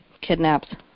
kidnapped